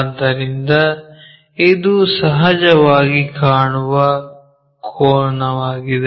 ಆದ್ದರಿಂದ ಇದು ಸಹಜವಾಗಿ ಕಾಣುವ ಕೋನವಾಗಿದೆ